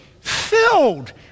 filled